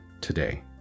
today